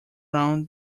round